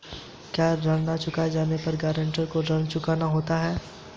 क्या ऋण न चुकाए जाने पर गरेंटर को ऋण चुकाना होता है?